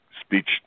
speech